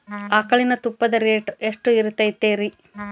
ಆಕಳಿನ ತುಪ್ಪದ ರೇಟ್ ಎಷ್ಟು ಇರತೇತಿ ರಿ?